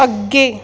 ਅੱਗੇ